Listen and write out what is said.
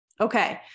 Okay